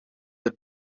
het